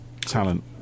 Talent